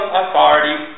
authority